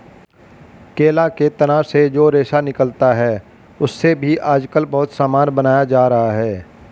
केला के तना से जो रेशा निकलता है, उससे भी आजकल बहुत सामान बनाया जा रहा है